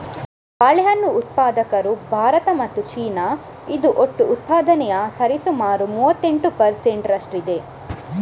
ಬಾಳೆಹಣ್ಣು ಉತ್ಪಾದಕರು ಭಾರತ ಮತ್ತು ಚೀನಾ, ಇದು ಒಟ್ಟು ಉತ್ಪಾದನೆಯ ಸರಿಸುಮಾರು ಮೂವತ್ತೆಂಟು ಪರ್ ಸೆಂಟ್ ರಷ್ಟಿದೆ